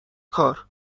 کار